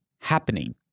happening